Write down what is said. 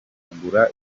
kugura